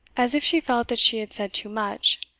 as if she felt that she had said too much,